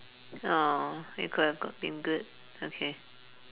!aww! it could have got been good okay